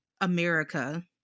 America